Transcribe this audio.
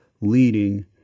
leading